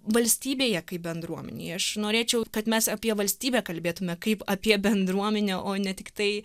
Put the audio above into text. valstybėje kaip bendruomenėj aš norėčiau kad mes apie valstybę kalbėtume kaip apie bendruomenę o ne tiktai